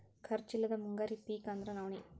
ಖರ್ಚ್ ಇಲ್ಲದ ಮುಂಗಾರಿ ಪಿಕ್ ಅಂದ್ರ ನವ್ಣಿ